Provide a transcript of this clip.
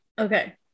Okay